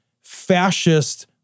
fascist